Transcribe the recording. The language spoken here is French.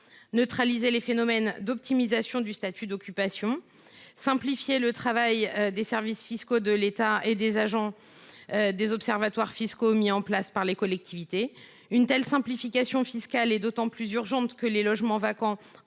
neutraliser les phénomènes d’optimisation du statut d’occupation ou encore simplifier le travail des services fiscaux de l’État et des agents des observatoires fiscaux mis en place par les collectivités. Une telle simplification fiscale est d’autant plus urgente que les logements vacants,